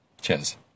cheers